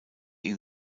ihn